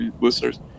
listeners